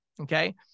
okay